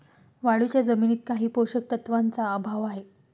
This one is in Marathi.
वाळूच्या जमिनीत काही पोषक तत्वांचा अभाव आहे